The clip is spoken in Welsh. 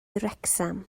wrecsam